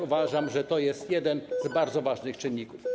Uważam, że to jest jeden z bardzo ważnych czynników.